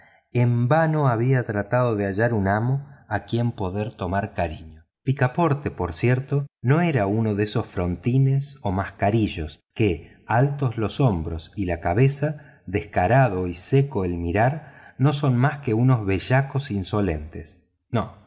en vano había tratado de hallar un amo a quien poder tomar cariño picaporte no era por cierto uno de esos frontines o mascarillos que altos los hombros y la cabeza descarado y seco al mirar no son más que unos bellacos insolentes no